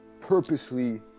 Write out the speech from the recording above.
purposely